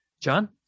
John